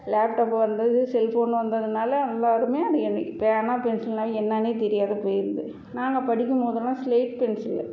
laptop வந்தது cellphone வந்ததுனால எல்லோருமே அது பேனா பென்சிலுனா என்னன்னே தெரியாம போய்ருது நாங்க படிக்கும்போதெல்லாம் ஸ்லேட் பென்சிலு